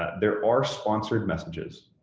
there are sponsored messages.